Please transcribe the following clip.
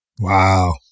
Wow